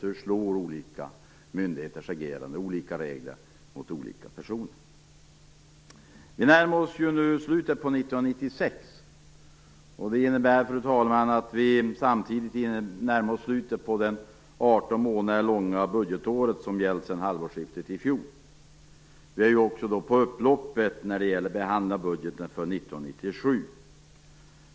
Hur slår olika myndigheters agerande och olika regler mot olika personer? Vi närmar oss nu slutet på 1996. Det innebär, fru talman, att vi samtidigt närmar oss slutet på det 18 månader långa budgetår som gällt sedan halvårsskiftet i fjol. Vi är också på upploppet när det gäller behandlingen av budgeten för 1997.